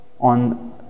on